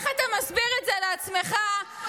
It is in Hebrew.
איך אתה מסביר את זה לעצמך שקצינים